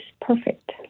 perfect